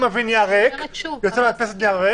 יוצא דף ריק